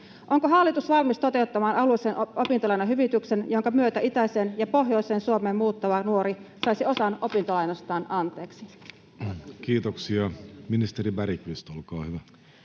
Onko hallitus valmis toteuttamaan alueellisen opintolainahyvityksen, [Juho Eerolan välihuuto] jonka myötä itäiseen ja pohjoiseen Suomen muuttava nuori saisi osan opintolainastaan anteeksi? Kiitoksia. — Ministeri Bergqvist, olkaa hyvä.